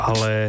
Ale